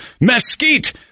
Mesquite